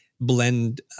blend